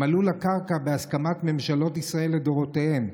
הם עלו לקרקע בהסכמת ממשלות ישראל לדורותיהן,